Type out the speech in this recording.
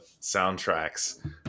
soundtracks